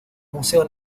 museo